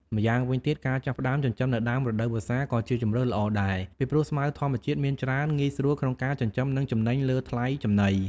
ម្យ៉ាងវិញទៀត ការចាប់ផ្តើមចិញ្ចឹមនៅដើមរដូវវស្សាក៏ជាជម្រើសល្អដែរ ពីព្រោះស្មៅធម្មជាតិមានច្រើនងាយស្រួលក្នុងការចិញ្ចឹមនិងចំណេញលើថ្លៃចំណី។